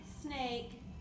snake